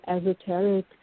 esoteric